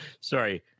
Sorry